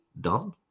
done